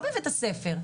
אבל לא בבית הספר.